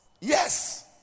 Yes